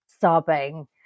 sobbing